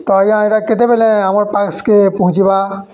ତ ଆଜ୍ଞା ଇଟା କେତେବେଲେ ଆମର୍ ପାସ୍କେ ପହଁଞ୍ଚିବା